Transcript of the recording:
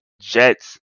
Jets